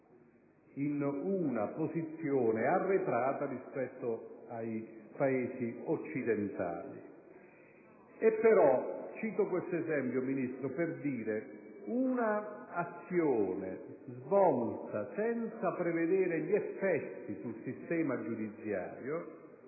in una posizione arretrata rispetto ai Paesi occidentali. Cito questo esempio, signor Ministro, per dire che un'azione svolta senza prevederne gli effetti sul sistema giudiziario